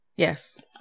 Yes